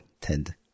Ted